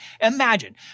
Imagine